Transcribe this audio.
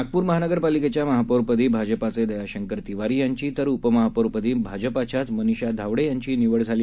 नागप्र महानगरपालीकेच्या महापौरपदी भाजपचे दयाशंकर तिवारी यांची तर उपमहापौरपदी भाजपाच्याच मनीषा धावडे यांची निवड झाली